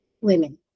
women